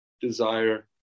desire